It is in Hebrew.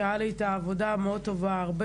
כי הייתה לי איתה עבודה מאוד טובה הרבה